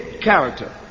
character